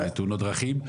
תאונות דרכים,